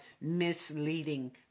misleading